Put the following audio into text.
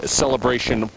celebration